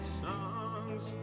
songs